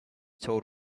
told